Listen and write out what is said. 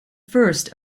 first